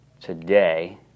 today